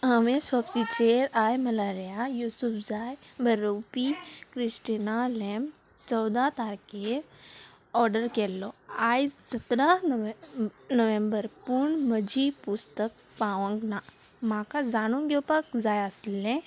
हांवें सोपतीचेर आयमलार्या युसुफ जाय बरोवपी क्रिस्टिना लॅम्प चवदा तारखेर ऑर्डर केल्लो आयज सतरा नोव्हेंबर पूण म्हजी पुस्तक पावूंक ना म्हाका जाणून घेवपाक जाय आसलें